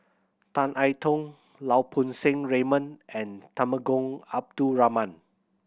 Tan I Tong Lau Poo Seng Raymond and Temenggong Abdul Rahman